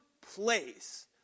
place